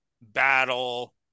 battle